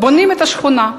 בונים את השכונה.